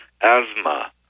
asthma